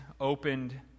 opened